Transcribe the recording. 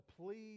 please